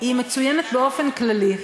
היא טובה בכדורגל.